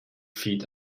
feed